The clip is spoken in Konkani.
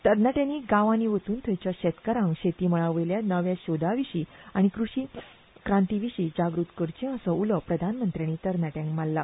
तरणाट्यांनी गांवांनी वचून थंयच्या शेतकारांक शेती मळा वयल्या नव्या सोदां विशीं आनी कूशी क्रांती विशीं जागूत करचे असो उलो प्रधानमंत्र्यांनी तरणाट्यांक मारला